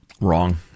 Wrong